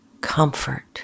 comfort